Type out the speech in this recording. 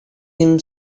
him